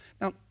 Now